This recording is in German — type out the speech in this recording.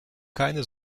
keine